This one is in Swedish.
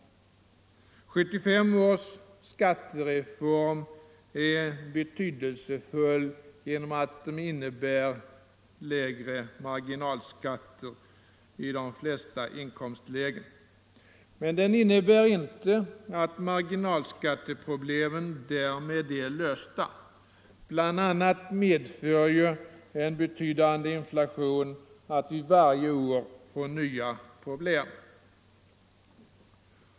1975 års skattereform är betydelsefull genom att den innebär lägre marginalskatter i de flesta inkomstlägen, men den innebär inte att marginalskatteproblemen därmed är lösta. Bl. a. medför ju en betydande inflation att vi varje år får nya problem.